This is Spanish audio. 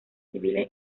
civiles